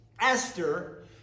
Esther